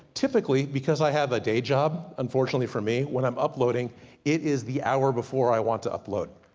typically because i have a day job, unfortunately for me. when i'm uploading it is the hour before i want to upload.